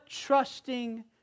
Trusting